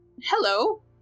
hello